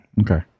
Okay